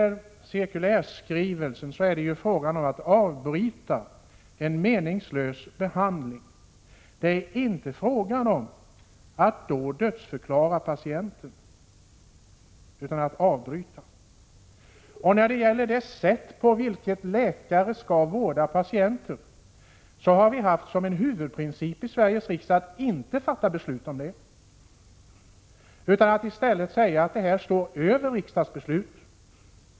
I cirkulärskrivelsen talas det om att avbryta en meningslös behandling. Det är inte fråga om att dödförklara patienten. När det gäller det sätt på vilket läkare skall vårda patienter, har vi i Sveriges riksdag haft som huvudprincip att inte fatta några beslut, utan att i stället säga att dessa frågor står över riksdagens beslut.